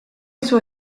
suo